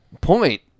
point